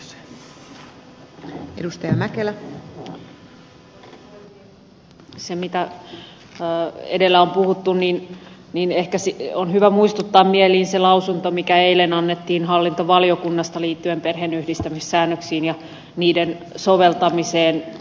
siihen liittyen mitä edellä on puhuttu ehkä on hyvä muistuttaa mieliin se lausunto mikä eilen annettiin hallintovaliokunnasta liittyen perheenyhdistämissäännöksiin ja niiden soveltamiseen